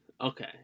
Okay